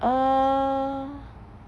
err